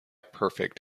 perfect